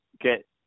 get